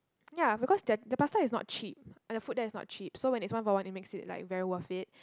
ya because their the pasta is not cheap and the food there is not cheap so when it's one for one it makes it like very worth it